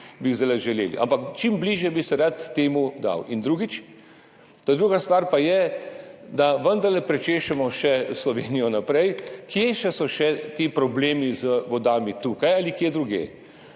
bi zdaj želeli, ampak čim bližje bi se rad temu dal. In drugič, druga stvar pa je, da vendarle prečešemo še Slovenijo naprej, kje so še ti problemi z vodami, tukaj ali kje drugje.